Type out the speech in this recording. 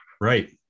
Right